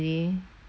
mm